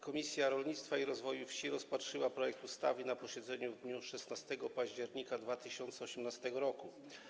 Komisja Rolnictwa i Rozwoju Wsi rozpatrzyła projekt ustawy na posiedzeniu w dniu 16 października 2018 r.